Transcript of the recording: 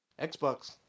Xbox